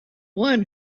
one